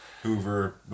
Hoover